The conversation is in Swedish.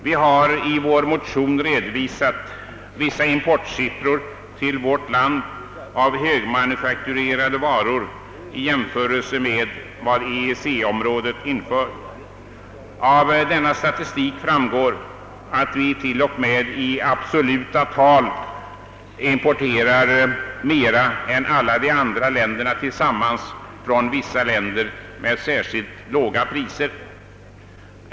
Vi har i vår motion redovisat vissa importsiffror till vårt land av högmanufakturerade varor. Vi har jämfört dem med motsvarande siffror för EEC-området. Av denna statistik framgår att vi t.o.m. i absoluta tal importerar mer än alla de andra länderna tillsammans från vissa länder med särskilt låga priser.